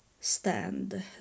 stand